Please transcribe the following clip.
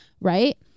right